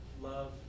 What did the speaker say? love